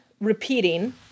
repeating